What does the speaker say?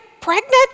pregnant